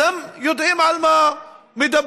אז הם יודעים על מה הם מדברים.